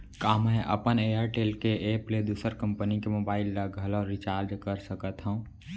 का मैं अपन एयरटेल के एप ले दूसर कंपनी के मोबाइल ला घलव रिचार्ज कर सकत हव?